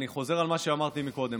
אני חוזר על מה שאמרתי קודם.